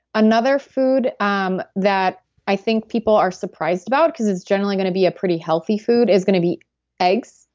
another food um that i think people are surprised about because it's generally going to be a pretty healthy food is going to be eggs.